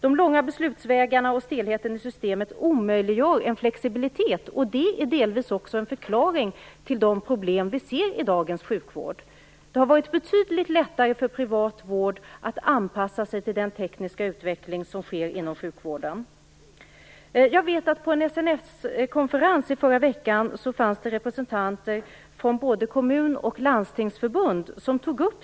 De långa beslutsvägarna och stelheten i systemet omöjliggör en flexibilitet. Det är delvis också en förklaring till de problem vi ser i dagens sjukvård. Det har varit betydligt lättare för privat vård att anpassa sig till den tekniska utveckling som sker inom sjukvården. Jag vet att problemet togs upp på en SNS konferens i förra veckan av representanter från både kommun och landstingsförbunden.